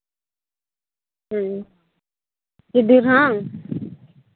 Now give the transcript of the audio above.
ᱦᱮᱸ ᱪᱤᱰᱤᱨ ᱵᱟᱝ